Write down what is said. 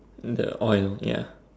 the oil ya